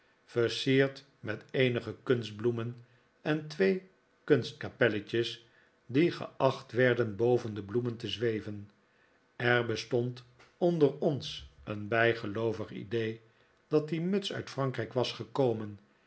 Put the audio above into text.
versierd met eenige kunstbloemen en twee kunstkapelletjes die geacht werden boven de bloemen te zweven er bestond onder ons een bij geloovig idee dat die muts uit frankrijk was gekomen